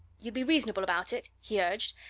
you'd be reasonable about it? he urged,